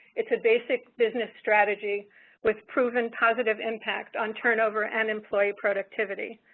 it is a basic business strategy with proven positive impact on turnover and employee productivity.